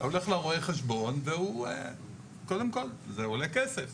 אתה הולך לרואה חשבון זה עולה כסף